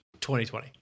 2020